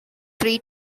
three